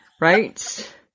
Right